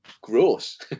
gross